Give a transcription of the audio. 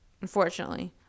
unfortunately